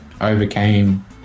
overcame